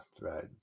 right